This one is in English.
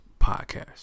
Podcast